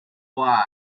wise